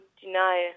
deny